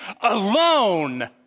alone